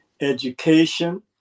education